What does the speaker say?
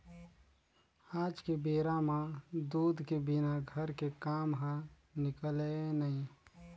आज के बेरा म दूद के बिना घर के काम ह निकलय नइ